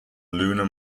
lunar